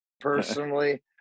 personally